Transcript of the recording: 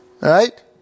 Right